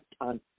on